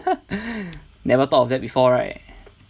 never thought of that before right